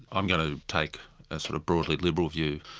i'm going to take a sort of broadly liberal view